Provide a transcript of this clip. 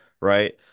right